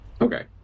Okay